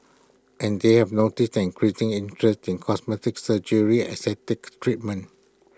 and they have noticed an increasing interest in cosmetic surgery aesthetic treatments